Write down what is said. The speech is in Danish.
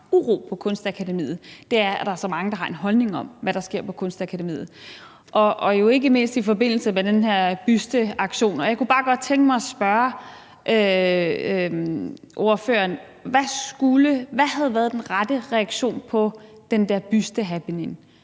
uro på Kunstakademiet, er, at der er så mange, der har en holdning om, hvad der sker på Kunstakademiet, og jo ikke mindst i forbindelse med den her busteaktion. Og jeg kunne bare godt tænke mig at spørge ordføreren: Hvad havde været den rette reaktion på den der bustehappening?